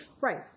Right